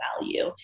value